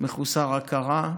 מחוסר הכרה,